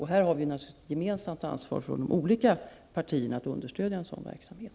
Här har vi ett gemensamt ansvar från de olika partierna att understödja en sådan verksamhet.